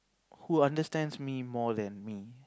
who understands me more than me